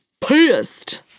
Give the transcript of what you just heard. pissed